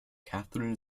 catherine